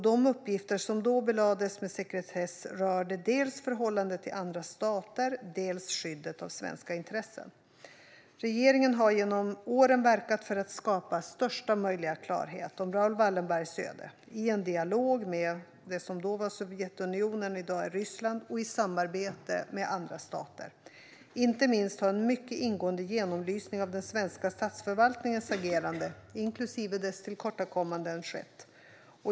De uppgifter som belades med sekretess rörde dels förhållandet till andra stater, dels skyddet av svenska intressen. Regeringen har genom åren verkat för att skapa största möjliga klarhet om Raoul Wallenbergs öde i en dialog med det som då var Sovjetunionen och i dag är Ryssland och i samarbete med andra stater. Inte minst har en mycket ingående genomlysning av den svenska statsförvaltningens agerande, inklusive dess tillkortakommanden, skett.